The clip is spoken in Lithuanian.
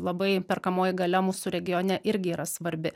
labai perkamoji galia mūsų regione irgi yra svarbi